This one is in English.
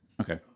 okay